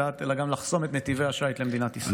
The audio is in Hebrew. אלא גם לחסום את נתיבי השיט למדינת ישראל.